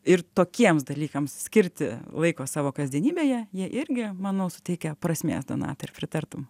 ir tokiems dalykams skirti laiko savo kasdienybėje jie irgi manau suteikia prasmės donatai ar pritartum